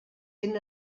ben